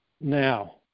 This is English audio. Now